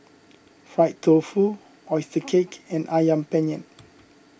Fried Tofu Oyster Cake and Ayam Penyet